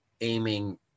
aiming